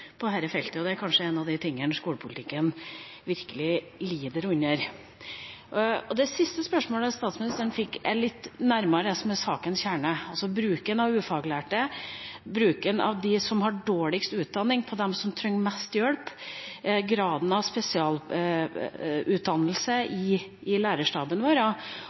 på dette feltet. Det er kanskje en av de tingene skolepolitikken virkelig lider under. Det siste spørsmålet statsministeren fikk, er litt nærmere det som er sakens kjerne – bruken av ufaglærte, bruken av dem som har dårligst utdanning, på dem som trenger mest hjelp, graden av spesialutdannelse i lærerstaben vår